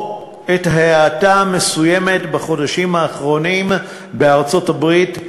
או את ההאטה המסוימת בחודשים האחרונים בארצות-הברית,